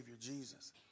Jesus